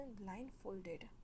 blindfolded